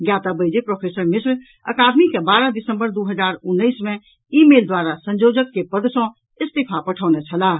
ज्ञातव्य अछि जे प्रोफेसर मिश्र अकादमी के बारह दिसम्बर दू हजार उन्नैस मे ई मेल द्वारा संयोजक के पद सॅ इस्तीफा पठौने छलाह